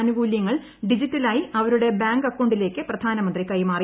ആനുകൂല്യങ്ങൾ ഡിജിറ്റലായി അവരുടെ ബാങ്ക് അക്കൌണ്ടിലേക്ക് പ്രധാനമന്ത്രി കൈമാറി